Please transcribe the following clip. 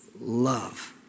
Love